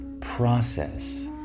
process